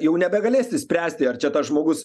jau nebegalėsi spręsti ar čia tas žmogus